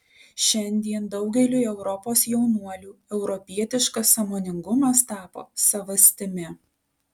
šiandien daugeliui europos jaunuolių europietiškas sąmoningumas tapo savastimi